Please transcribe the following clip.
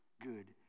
good